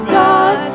god